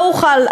לא אוכל,